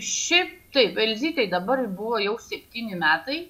šiaip taip vizitai dabar buvo jau septyni metai